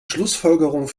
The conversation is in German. schlussfolgerung